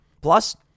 Plus